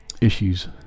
issues